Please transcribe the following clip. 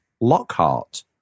Lockhart